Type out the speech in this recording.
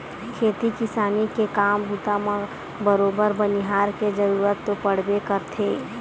खेती किसानी के काम बूता म बरोबर बनिहार के जरुरत तो पड़बे करथे